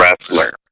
wrestler